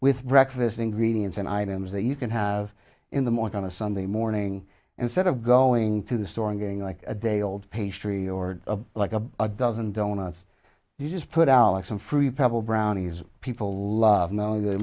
with breakfast ingredients in items that you can have in the morning on a sunday morning instead of going to the store and getting like a day old pastry or like a dozen donuts you just put out some fruit pebble brownies people love knowing th